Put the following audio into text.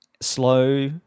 slow